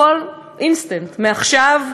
הכול אינסטנט, מעכשיו לעכשיו.